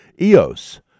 EOS